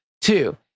Two